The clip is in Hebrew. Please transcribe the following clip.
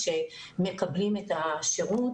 שמקבלים את השירות,